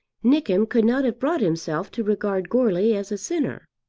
nickem could not have brought himself to regard goarly as a sinner.